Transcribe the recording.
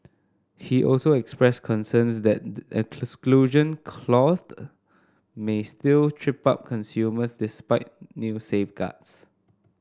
he also expressed concerns that exclusion clause may still trip up consumers despite new safeguards